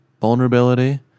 vulnerability